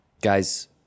guys